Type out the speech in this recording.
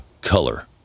color